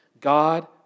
God